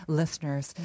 listeners